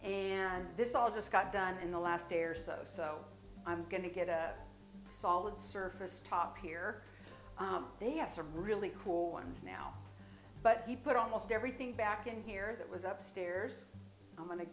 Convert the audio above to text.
and this all just got done in the last day or so so i'm going to get a solid surface top here they have some really cool ones now but he put almost everything back in here that was up stairs i'm going to